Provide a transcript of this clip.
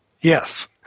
yes